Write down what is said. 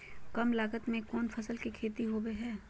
काम लागत में कौन फसल के खेती होबो हाय?